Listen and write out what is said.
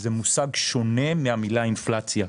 וזה מושג שונה מהמילה אינפלציה,